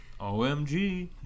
OMG